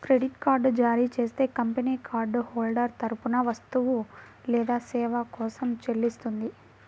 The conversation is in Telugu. క్రెడిట్ కార్డ్ జారీ చేసే కంపెనీ కార్డ్ హోల్డర్ తరపున వస్తువు లేదా సేవ కోసం చెల్లిస్తుంది